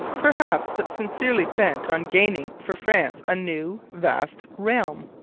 perhaps, but sincerely bent on gaining for france a new, vast realm.